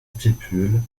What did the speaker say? stipules